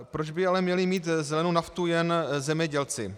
Proč by ale měli mít zelenou naftu jen zemědělci?